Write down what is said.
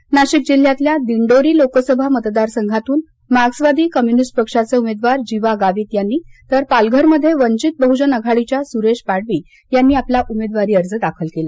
अर्ज् नाशिक जिल्ह्यातल्या दिंडोरी लोकसभा मतदार संघातून मार्क्सवादी कम्युनिस्ट पक्षाचे उमेदवार जीवा गावित यांनी तर पालघर मध्ये वंचित बहुजन आघाडीच्या सुरेश पाडवी यांनी आपला उमेदवारी अर्ज भरला